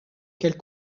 quelle